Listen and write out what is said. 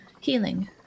healing